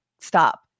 stop